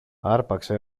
άρπαξε